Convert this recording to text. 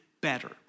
better